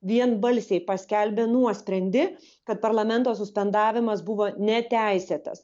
vienbalsiai paskelbė nuosprendį kad parlamento suspendavimas buvo neteisėtas